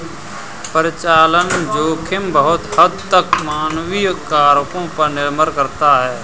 परिचालन जोखिम बहुत हद तक मानवीय कारकों पर निर्भर करता है